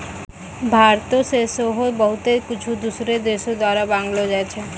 भारतो से सेहो बहुते कुछु दोसरो देशो द्वारा मंगैलो जाय छै